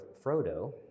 Frodo